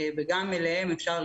גם אליהם אפשר לפנות.